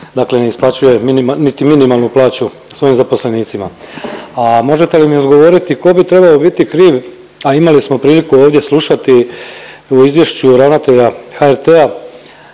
dakle ne isplaćuje niti minimalnu plaću svojim zaposlenicima, a možete li mi odgovoriti ko bi trebao biti kriv, a imali smo priliku ovdje slušati u izvješću Ravnatelja HRT-a